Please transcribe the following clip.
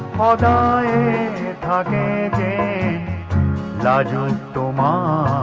da da da da da da da da and da um da